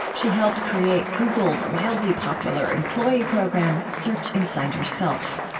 she helped create google's wildly popular employee program, search inside yourself.